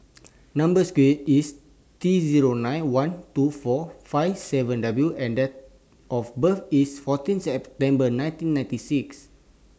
Number Square IS T Zero nine one two four five seven W and Date of birth IS fourteen September nineteen ninety six